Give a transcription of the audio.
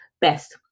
best